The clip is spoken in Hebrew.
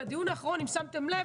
אם שמתם לב,